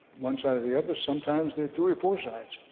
one side or the other, sometimes there are three or four sides.